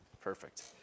Perfect